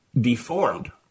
deformed